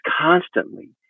constantly